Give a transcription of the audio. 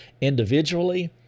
individually